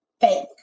fake